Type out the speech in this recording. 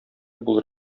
булыр